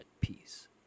peace